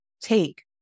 take